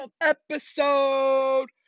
episode